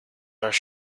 are